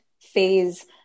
phase